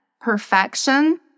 Perfection